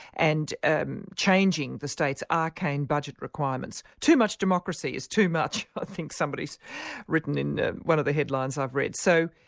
and and changing the state's arcane budget requirements. too much democracy is too much i think somebody's written in one of the headlines i've read. so,